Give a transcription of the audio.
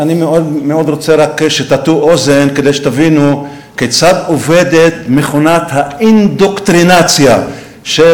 אני מאוד רוצה שתטו אוזן כדי שתבינו כיצד עובדת מכונת האינדוקטרינציה של